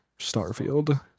Starfield